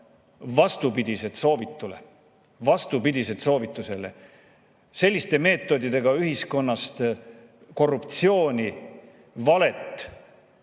vastupidised soovitule, vastupidised soovitusele. Selliste meetoditega ühiskonnast korruptsiooni ja valet